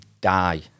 die